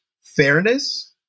fairness